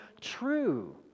true